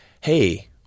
hey